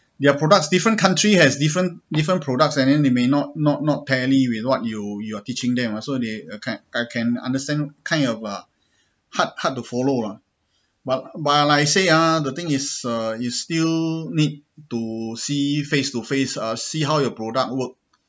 their products different country has different different products and then it may not not not tally with what you you are teaching them ah so they I can I can understand kind of uh hard hard to follow ah but but like I say ah the thing is uh you still need to see face to face uh see how your product work